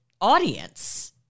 audience